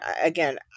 again